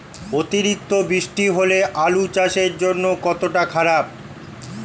অতিরিক্ত বৃষ্টি হলে আলু চাষের জন্য কতটা খারাপ?